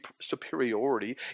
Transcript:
superiority